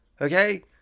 Okay